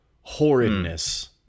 horridness